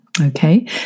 Okay